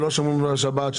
שלא שומרים בה שבת,